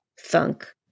Thunk